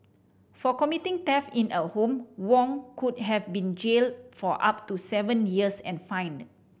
for committing theft in a home Wong could have been jailed for up to seven years and fined